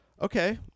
okay